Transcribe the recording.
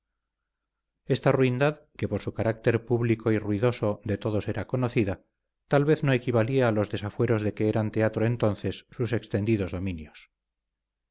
esta ruindad que por su carácter público y ruidoso de todos era conocida tal vez no equivalía a los desafueros de que eran teatro entonces sus extendidos dominios